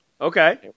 Okay